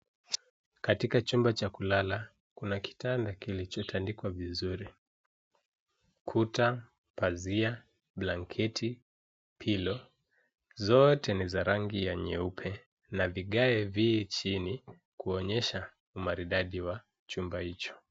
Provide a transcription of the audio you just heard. Katika chumba cha kulala kuna kitanda kilichotandikwa vizuri. Kuta, pazia, blanketi, pilo zote ni za rangi ya nyeupe. Na vigae vi chini kuonyesha umaridadi wa chumba hicho.